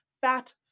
fat